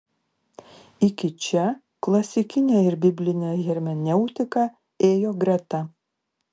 iki čia klasikinė ir biblinė hermeneutika ėjo greta